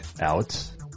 out